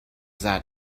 that